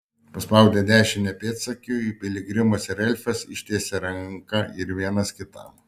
paspaudę dešinę pėdsekiui piligrimas ir elfas ištiesė ranką ir vienas kitam